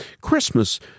Christmas